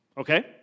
Okay